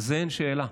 על זה אין שאלה.